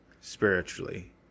spiritually